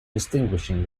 distinguishing